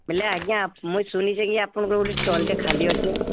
ବଲେ ଆଜ୍ଞା ମୁଁ ଶୁଣିଛେ କି ଆପଣଙ୍କର ଗୋଟେ ଷ୍ଟଲ୍ଟେ ଖାଲି ଅଛେ